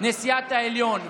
נשיאת העליון.